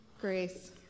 grace